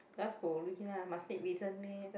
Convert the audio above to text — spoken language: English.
just lah must need reason meh just